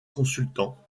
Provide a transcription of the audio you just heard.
consultant